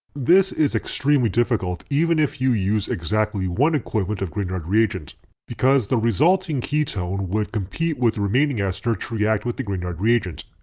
this is extremely difficult even if you use exactly one equivalent of grignard reagent because the resulting ketone would compete with the remaining ester to react with the grignard reagent.